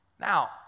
Now